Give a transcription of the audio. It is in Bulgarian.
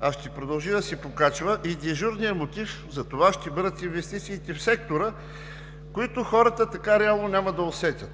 а ще продължи да се покачва и дежурният мотив за това ще бъдат инвестициите в сектора, които хората реално няма да усетят.